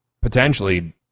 potentially